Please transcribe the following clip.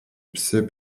psy